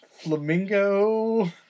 flamingo